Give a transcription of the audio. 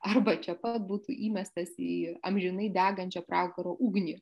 arba čia pat būtų įmestas į amžinai degančio pragaro ugnį